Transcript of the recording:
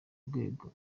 urwego